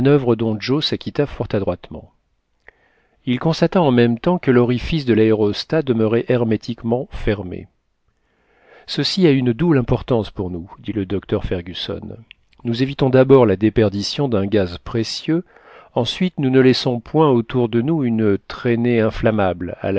dont joe s'acquitta fort adroitement il constata en même temps que l'orifice de l'aérostat demeurait hermétiquement fermé ceci a un a double importance pour nous dit le docteur fergusson nous évitons d'abord la déperdition d'un gaz précieux ensuite nous ne laissons point autour de nous une traînée inflammable